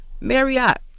Marriott